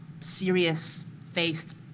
serious-faced